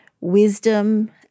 wisdom